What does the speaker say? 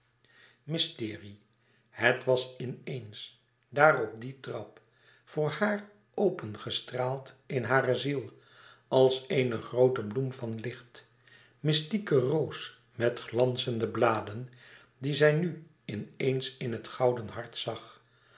mysterie het was in eens daar op die trap voor haar opengestraald in hare ziel als eene groote bloem van licht mystieke roos met glanzende bladen die zij nu in eens in het gouden hart zag